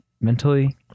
mentally